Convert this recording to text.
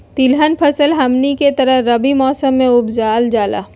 तिलहन फसल हमनी के तरफ रबी मौसम में उपजाल जाला